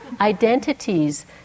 identities